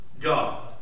God